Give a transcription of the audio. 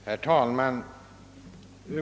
Herr talman!